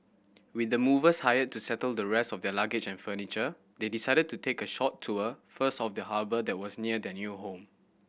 with the movers hired to settle the rest of their luggage and furniture they decided to take a short tour first of the harbour that was near their new home